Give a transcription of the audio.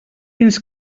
fins